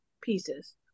pieces